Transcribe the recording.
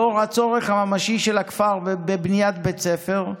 לאור הצורך הממשי של הכפר בבניית בית ספר,